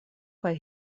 kaj